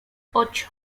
ocho